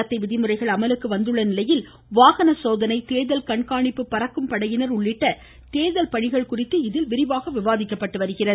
நடத்தை விதிமுறைகள் அமலுக்கு வந்துள்ளநிலையில் தேர்தல் வாகன சோதனை தேர்தல் கண்காணிப்பு பறக்கும் படையினர் உள்ளிட்ட தேர்தல் பணிகள் குறித்து இதில் விரிவாக விவாதிக்கப்பட்டு வருகிறது